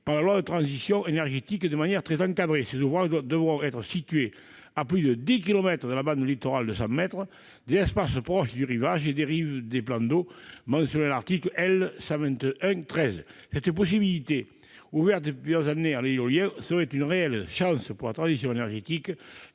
à la transition énergétique de manière très encadrée : ces ouvrages devront être situés à plus de 10 kilomètres de la bande littorale de 100 mètres, des espaces proches du rivage et des rives des plans d'eau mentionnés à l'article L. 121-13 du code de l'urbanisme. Cette possibilité, ouverte depuis plusieurs années pour l'éolien, serait une réelle chance pour la transition énergétique